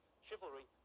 Chivalry